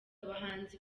abahanzi